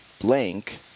blank